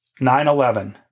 9-11